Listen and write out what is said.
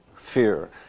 fear